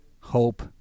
hope